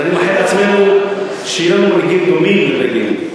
אז אני מאחל לעצמנו שיהיו לנו מנהיגים דומים לבגין,